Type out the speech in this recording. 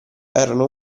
erano